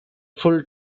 full